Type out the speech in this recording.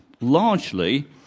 largely